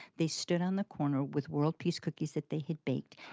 they stood on the corner with world peace cookies that they had baked.